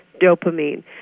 dopamine